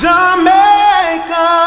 Jamaica